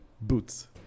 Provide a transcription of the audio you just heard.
boots